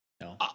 No